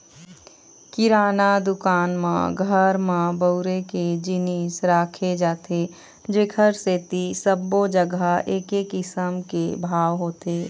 किराना दुकान म घर म बउरे के जिनिस राखे जाथे जेखर सेती सब्बो जघा एके किसम के भाव होथे